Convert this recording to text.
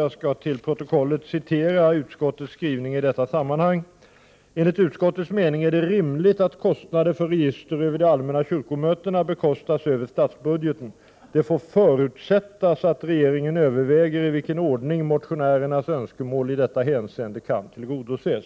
Jag skall till protokollet citera utskottets skrivning i detta sammanhang: ”Enligt utskottets mening är det rimligt att kostnader för register över de allmänna kyrkomötena bekostas över statsbudgeten. Det får förutsättas att regeringen överväger i vilken ordning motionärernas önskemål i detta hänseende kan tillgodoses.”